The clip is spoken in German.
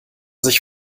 sich